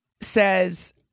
says